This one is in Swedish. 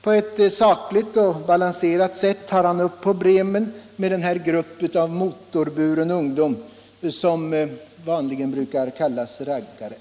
På ett sakligt och balanserat sätt tar han upp problemen med den grupp av motorburen ungdom som vanligen kallas raggare.